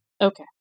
Okay